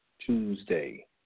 Tuesday